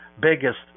biggest